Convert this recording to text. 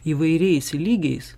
įvairiais lygiais